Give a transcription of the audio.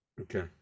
okay